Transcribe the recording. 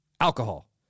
alcohol